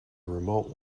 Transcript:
remote